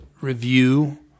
review